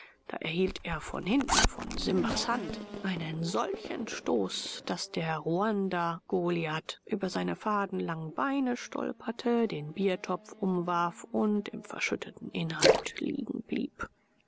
da erhielt er von hinten von simbas hand einen solchen stoß daß der ruandagoliath über seine fadenlangen beine stolperte den biertopf umwarf und im verschütteten inhalt liegen blieb